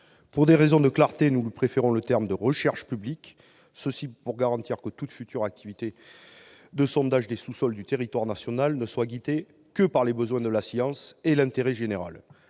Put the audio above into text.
Pour des raisons de clarté, nous lui préférons les termes de « recherche publique », afin de garantir que toute future activité de sondage des sous-sols du territoire national soit seulement guidée par les besoins de la science et l'intérêt général.